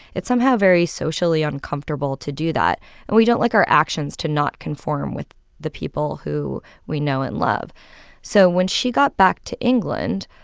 it's somehow very socially uncomfortable to do that. and we don't like our actions to not conform with the people who we know and love so when she got back to england,